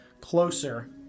closer